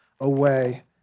away